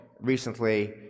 recently